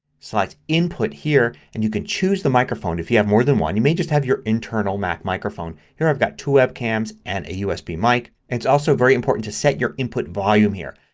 select input here and you can choose the microphone if you have more than one. you may just have the internal mac microphone. here i've got two webcams and a usb mic. it's also very important to set your input volume here.